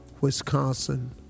Wisconsin